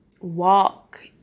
walk